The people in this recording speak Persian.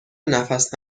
نفس